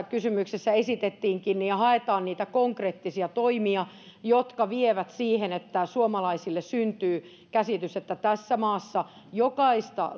kysymyksessä esitettiin haetaan niitä konkreettisia toimia jotka vievät siihen että suomalaisille syntyy käsitys että tässä maassa jokaista